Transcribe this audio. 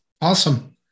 Awesome